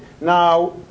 Now